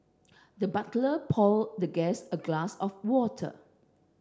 the butler poured the guest a glass of water